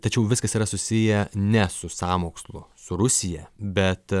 tačiau viskas yra susiję ne su sąmokslu su rusija bet